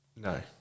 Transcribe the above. No